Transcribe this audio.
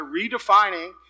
redefining